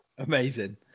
Amazing